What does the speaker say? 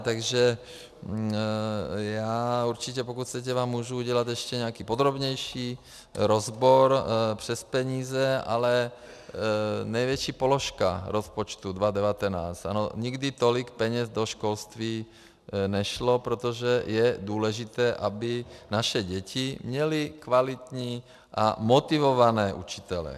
Takže já určitě, pokud chcete, vám můžu udělat ještě nějaký podrobnější rozbor přes peníze, ale největší položka rozpočtu 2019 nikdy tolik peněz do školství nešlo, protože je důležité, aby naše děti měly kvalitní a motivované učitele.